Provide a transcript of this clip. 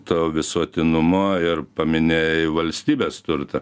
to visuotinumo ir paminėjai valstybės turtą